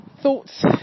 thoughts